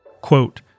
Quote